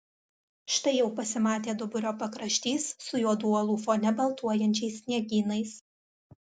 štai jau pasimatė duburio pakraštys su juodų uolų fone baltuojančiais sniegynais